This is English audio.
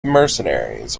mercenaries